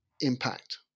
impact